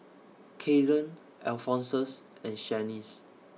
Kaden Alphonsus and Shanice